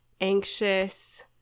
anxious